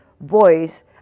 voice